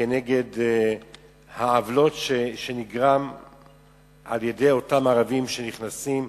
נגד העוולות שנגרמים על-ידי אותם ערבים שנכנסים,